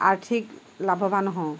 আৰ্থিক লাভৱান হওঁ